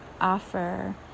offer